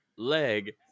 Leg